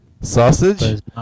sausage